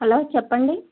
hello చెప్పండి